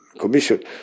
Commission